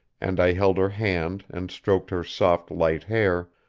and i held her hand and stroked her soft light hair,